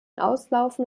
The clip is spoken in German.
auslaufen